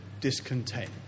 discontent